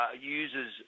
users